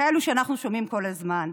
כאלה שאנחנו שומעים כל הזמן,